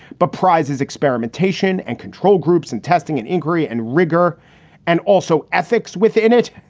but prize's experimentation and control groups and testing and inquiry and rigour and also ethics within it.